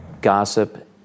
Gossip